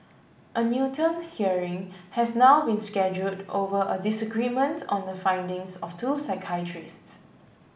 a Newton hearing has now been scheduled over a disagreement on the findings of two psychiatrists